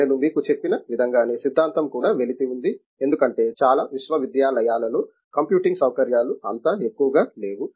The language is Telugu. నేను మీకు చెప్పిన విధంగానే సిద్ధాంతం కూడా వెలితి ఉంది ఎందుకంటే చాలా విశ్వవిద్యాలయాలలో కంప్యూటింగ్ సౌకర్యాలు అంత ఎక్కువగా లేవు